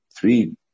Three